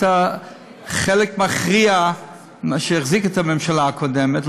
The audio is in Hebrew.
הייתם חלק מכריע ממה שהחזיק את הממשלה הקודמת,